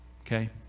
okay